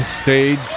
Stage